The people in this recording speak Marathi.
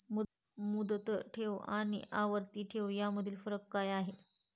मुदत ठेव आणि आवर्ती ठेव यामधील फरक काय आहे?